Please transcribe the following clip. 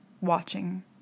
watching